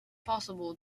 possible